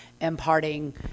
imparting